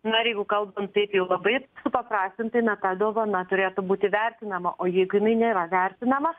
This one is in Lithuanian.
na ir jeigu kalbant taip jau labai supaprastintai na ta dovana turėtų būti vertinama o jeigu jinai nėra vertinama